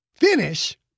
Finish